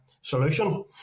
solution